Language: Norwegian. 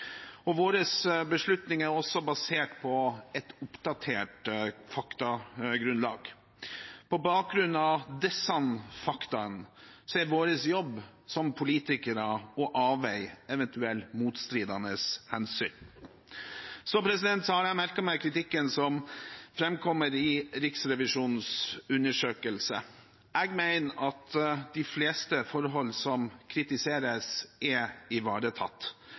er vår jobb som politikere å avveie eventuelle motstridende hensyn. Jeg har merket meg kritikken som framkommer i Riksrevisjonens undersøkelse. Jeg mener at de fleste forholdene som kritiseres, er ivaretatt,